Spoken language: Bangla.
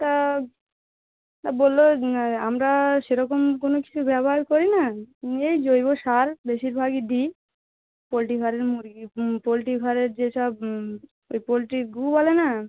তা বললো আমরা সেরকম কোনো কিছু ব্যবহার করি না নিজেই জৈব সার বেশিরভাগই দিই পোলট্রি ফার্মে মুরগির পোলট্রি ফার্মের যে সব ওই পোলট্রির গু বলে না